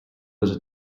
was